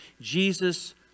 Jesus